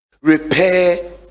repair